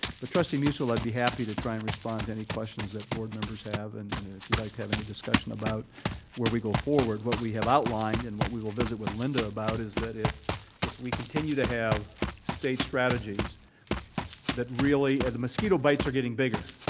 but, trustee musil, i'd be happy to try and respond to any questions that board members have and if you'd like to have any discussion about where we go forward. what we have outlined and what we will visit with linda about is that if if we continue to have state strategies that really the mosquito bites are getting bigger.